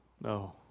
no